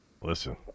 listen